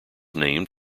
named